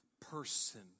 person